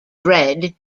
dread